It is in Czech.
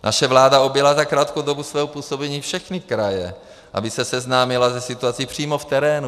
Naše vláda objela za krátkou dobu svého působení všechny kraje, aby se seznámila se situací přímo v terénu.